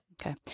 Okay